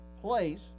place